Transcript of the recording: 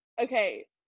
Okay